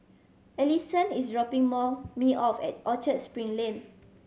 Alison is dropping me off at Orchard Spring Lane